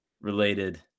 related